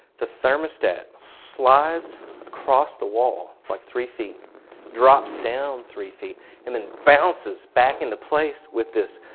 the thermostat slides across the wall like three feet drops down three feet and then bounces back into place with this